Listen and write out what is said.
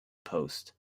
post